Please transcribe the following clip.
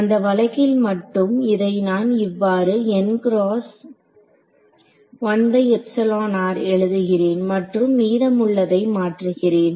அந்த வழக்கில் மட்டும் இதை நான் இவ்வாறு எழுதுகிறேன் மற்றும் மீதமுள்ளதை மாற்றுகிறேன்